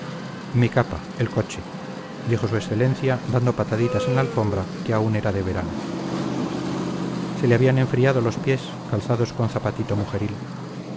mi capa el coche dijo su excelencia dando pataditas en la alfombra que aún era de verano se le habían enfriado los pies calzados con zapatito mujeril